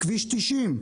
כביש 90,